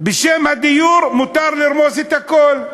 בשם הדיור מותר לרמוס את הכול.